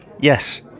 yes